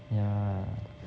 yeah